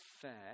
fair